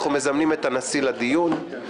אנחנו מזמנים את הנשיא לדיון.